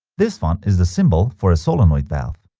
this one is the symbol for a solenoid valve